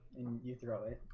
you throw it,